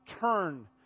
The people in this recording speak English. turn